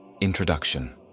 introduction